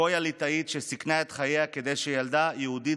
גויה ליטאית שסיכנה את חייה כדי שילדה יהודית